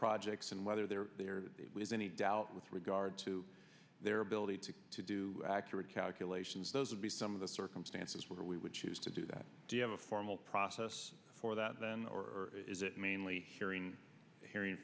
projects and whether there is any doubt with regard to their ability to to do accurate calculations those would be some of the circumstances where we would choose to do that do you have a formal process for that then or is it mainly hearing hearing